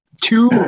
two